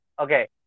okay